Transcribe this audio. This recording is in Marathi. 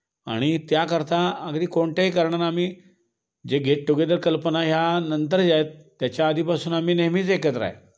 आणि त्याकरता अगदी कोणत्याही कारणानं आम्ही जे गेट टुगेदर कल्पना ह्या नंतरच्या आहेत त्याच्या आधीपासून आम्ही नेहमीच एकत्र आहे